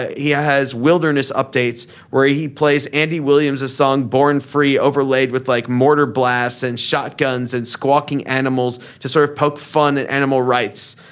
he ah has wilderness updates where he plays andy williams a song born free overlaid with like mortar blasts and shotguns and squawking animals to sort of poke fun at animal rights.